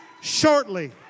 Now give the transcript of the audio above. shortly